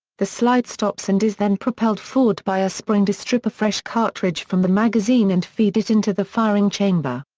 the slide stops and is then propelled forward by a spring to strip a fresh cartridge from the magazine and feed it into the firing chamber.